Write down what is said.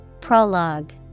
Prologue